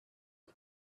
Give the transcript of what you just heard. and